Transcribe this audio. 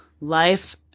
Life